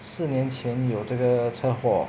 四年前有这个车祸